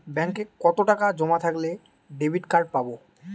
ব্যাঙ্কে কতটাকা জমা থাকলে ডেবিটকার্ড পাব?